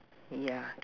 ya